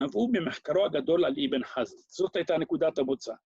‫נבעו ממחקרו הגדול על אבן חזיז. ‫זאת הייתה נקודת המוצא.